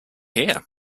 here